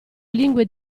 lingue